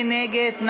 מי נגד?